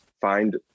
find